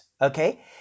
Okay